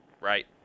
Right